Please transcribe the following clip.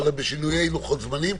אבל בשינויי לוחות זמנים,